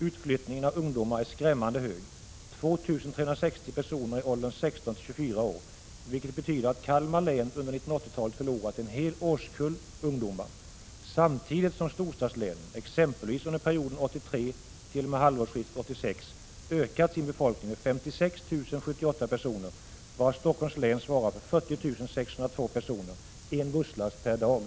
Utflyttningen av ungdomar är skrämmande hög: 2 360 personer i åldrarna 16-24 år, vilket betyder att Kalmar län under 1980-talet förlorat en hel årskull ungdomar, samtidigt som storstadslänen exempelvis under perioden 1983 t.o.m. halvårsskiftet 1986 ökat sin befolkning med 56 078 personer, varav Stockholms län svarar för 40 602 personer, en busslast per dag.